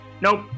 Nope